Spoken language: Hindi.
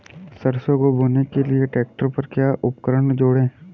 सरसों को बोने के लिये ट्रैक्टर पर क्या उपकरण जोड़ें?